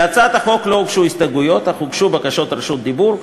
להצעת החוק לא הוגשו הסתייגויות אך הוגשו בקשות רשות דיבור.